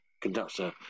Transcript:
conductor